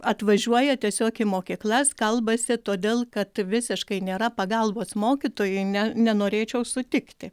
atvažiuoja tiesiog į mokyklas kalbasi todėl kad visiškai nėra pagalbos mokytojui ne nenorėčiau sutikti